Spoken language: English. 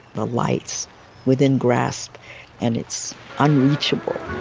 the lights within grasp and it's unreachable.